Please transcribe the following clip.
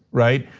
right?